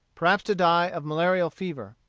perhaps to die of malarial fever.